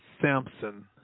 Samson